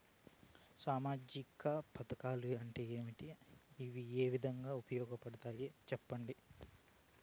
సామాజిక పథకాలు అంటే ఏమి? ఇవి ఏ విధంగా ఉపయోగపడతాయి పడతాయి?